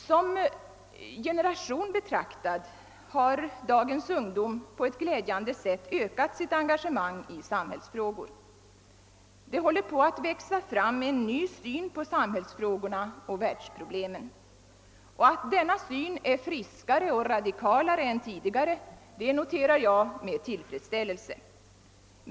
Som generation betraktad har dagens ungdom på ett glädjande sätt ökat sitt engagemang i samhällsfrågor. Det håller på att växa fram en ny syn på samhällsfrågorna och = världsproblemen. Och att denna syn är friskare och radikalare än tidigare noterar jag med tilfredsställelse.